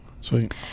sweet